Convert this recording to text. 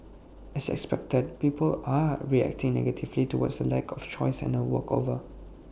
as expected people are reacting negatively towards the lack of choice and A walkover